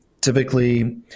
typically